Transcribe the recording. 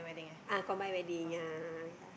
ah combined wedding ah ya